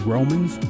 Romans